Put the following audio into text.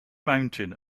mountain